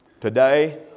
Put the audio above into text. Today